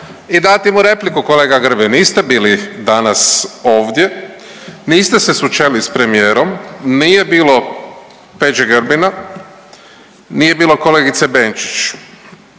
i dati mu repliku kolega Grbin. Niste bili danas ovdje, niste se sučelili sa premijerom, nije bilo Peđe Grbina, nije bilo kolegice Benčić,